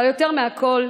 אבל יותר מהכול,